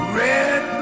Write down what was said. red